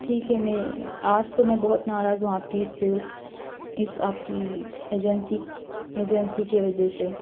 ٹھیک ہے میں آج تو میں بہت ناراض ہوں آپ کی اِس اِس آپکی ایجنسی ایجنسی کی وجہ سے